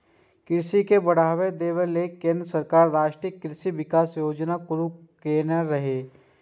कृषि के बढ़ावा देबा लेल केंद्र सरकार राष्ट्रीय कृषि विकास योजना शुरू केने रहै